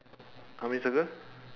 how many circle